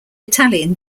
italian